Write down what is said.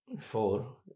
four